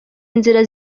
inzira